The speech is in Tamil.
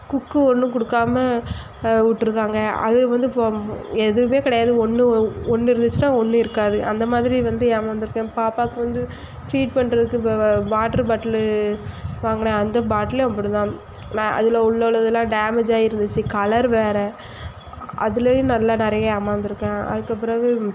குக்கு ஒன்றும் கொடுக்காம விட்ருந்தாங்க அதில் வந்து எதுவுமே கிடையாது ஒன்று ஒன்று இருந்துச்சுன்னா ஒன்று இருக்காது அந்த மாதிரி வந்து ஏமாந்து இருக்கேன் பாப்பாவுக்கு வந்து ஃபீட் பண்ணுறதுக்கு வாட்ரு பாட்லு வாங்கினேன் அந்த பாட்லும் அப்படி தான் நான் அதில் உள்ள உள்ளது எல்லாம் டேமேஜ் ஆயிருந்துச்சு கலரு வேறு அதுலையும் நல்ல நிறைய ஏமாந்து இருக்கேன் அதுக்கு பிறவு